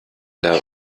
der